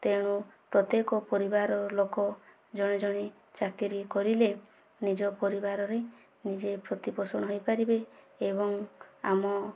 ତେଣୁ ପ୍ରତ୍ୟେକ ପରିବାରର ଲୋକ ଜଣେ ଜଣେ ଚାକିରି କରିଲେ ନିଜ ପରିବାରରେ ନିଜେ ପ୍ରତିପୋଷଣ ହେଇପାରିବେ ଏବଂ ଆମ